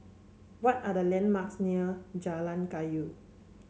what are the landmarks near Jalan Kayu